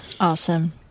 Awesome